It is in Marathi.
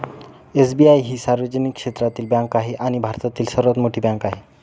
एस.बी.आई ही सार्वजनिक क्षेत्रातील बँक आहे आणि भारतातील सर्वात मोठी बँक आहे